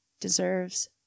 deserves